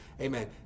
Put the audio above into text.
amen